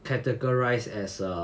categorised as a